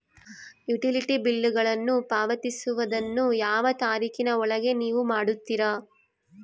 Utility ಬಿಲ್ಲುಗಳನ್ನು ಪಾವತಿಸುವದನ್ನು ಯಾವ ತಾರೇಖಿನ ಒಳಗೆ ನೇವು ಮಾಡುತ್ತೇರಾ?